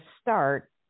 start